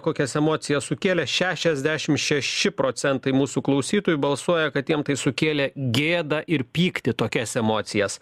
kokias emocijas sukėlė šešiasdešim šeši procentai mūsų klausytojų balsuoja kad jiem tai sukėlė gėdą ir pyktį tokias emocijas